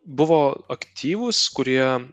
buvo aktyvūs kurie